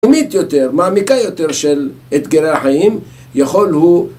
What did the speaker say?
מעמיקה יותר של אתגרי החיים יכול הוא